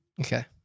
Okay